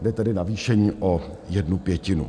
Jde tedy navýšení o jednu pětinu.